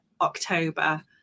October